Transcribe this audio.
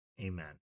Amen